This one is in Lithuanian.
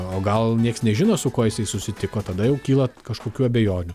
o gal nieks nežino su kuo jisai susitiko tada jau kyla kažkokių abejonių